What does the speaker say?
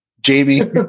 Jamie